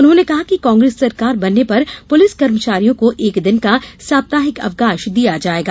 उन्होंने कहा कि कांग्रेस सरकार बनने पर पुलिस कर्मचारियों को एक दिन का साप्ताहिक अवकाश दिया जायेगा